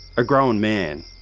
a grown man.